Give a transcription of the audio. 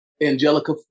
Angelica